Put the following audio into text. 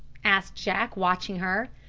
asked jack, watching her.